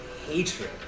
Hatred